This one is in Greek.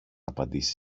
απαντήσει